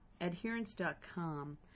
Adherence.com